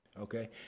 okay